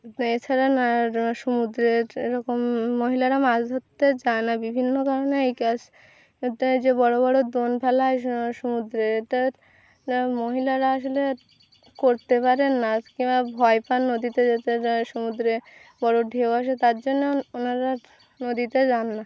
এছাড়া না সমুদ্রের এরকম মহিলারা মাছ ধরতে যান না বিভিন্ন ধরনের এই কাজ যে বড়ো বড়ো দোন ফেলা হয় সমুদ্রে তার মহিলারা আসলে করতে পারেন না কিংবা ভয় পান নদীতে যেতে সমুদ্রে বড়ো ঢেউ আসে তার জন্য ওনারা নদীতে যান না